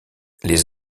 les